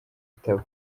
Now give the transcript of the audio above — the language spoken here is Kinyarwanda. itaba